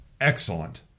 excellent